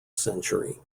century